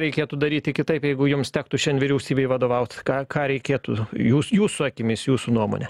reikėtų daryti kitaip jeigu jums tektų šian vyriausybei vadovaut ką ką reikėtų jūs jūsų akimis jūsų nuomone